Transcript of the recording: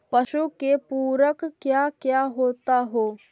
पशु के पुरक क्या क्या होता हो?